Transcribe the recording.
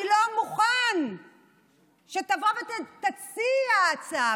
אני לא מוכן שתבוא ותציע הצעה.